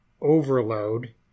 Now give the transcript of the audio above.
overload